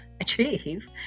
achieve